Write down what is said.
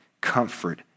comfort